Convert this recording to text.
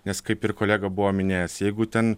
nes kaip ir kolega buvo minėjęs jeigu ten